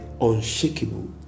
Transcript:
unshakable